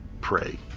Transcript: pray